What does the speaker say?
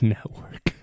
Network